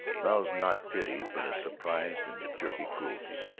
rouse not pity but a surprised and jerky cruelty,